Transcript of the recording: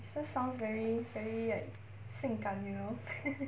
it just sounds very very like 性感 you know